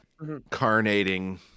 Carnating